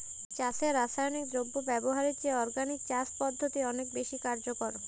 চাষে রাসায়নিক দ্রব্য ব্যবহারের চেয়ে অর্গানিক চাষ পদ্ধতি অনেক বেশি কার্যকর